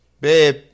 Babe